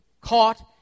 caught